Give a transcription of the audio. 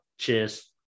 Cheers